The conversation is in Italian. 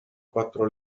quattro